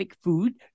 food